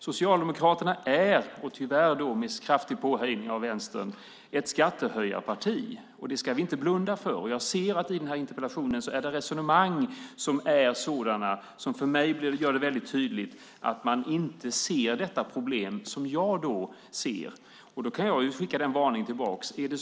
Socialdemokraterna är, tyvärr med kraftig påhejning av Vänstern, ett skattehöjarparti. Det ska vi inte blunda för. Jag ser att det i den här interpellationen finns sådana resonemang som för mig gör det väldigt tydligt att man inte ser det problem som jag ser. Då kan jag skicka en varning tillbaka.